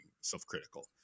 self-critical